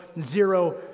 zero